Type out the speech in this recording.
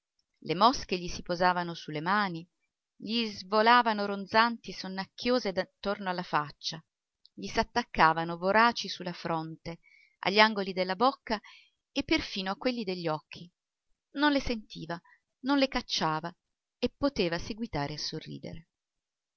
le mosche gli si posavano su le mani gli svolavano ronzanti sonnacchiose attorno alla faccia gli s'attaccavano voraci su la fronte agli angoli della bocca e perfino a quelli degli occhi non le sentiva non le cacciava e poteva seguitare a sorridere